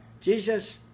Jesus